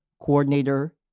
Coordinator